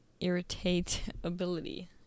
irritability